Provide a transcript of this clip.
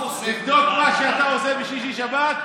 תבדוק מה שאתה עושה בשישי-שבת,